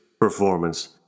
performance